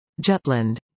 Jutland